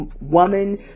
woman